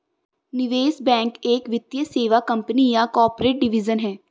निवेश बैंक एक वित्तीय सेवा कंपनी या कॉर्पोरेट डिवीजन है